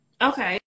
Okay